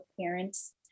parents